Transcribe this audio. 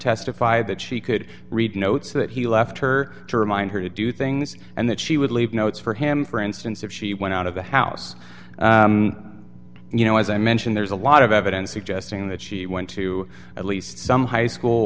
testify that she could read notes that he left her to remind her to do things and that she would leave notes for him for instance if she went out of the house you know as i mentioned there's a lot of evidence suggesting that she went to at least some high school